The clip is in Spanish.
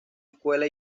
escuela